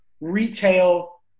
retail